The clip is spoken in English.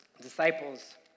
disciples